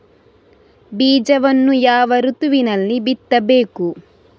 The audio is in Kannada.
ಬೀಜವನ್ನು ಯಾವ ಋತುವಿನಲ್ಲಿ ಬಿತ್ತಬೇಕು?